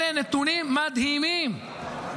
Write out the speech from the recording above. אלה נתונים, מדהימים.